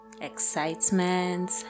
excitement